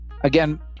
again